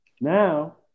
now